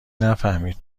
نفهمید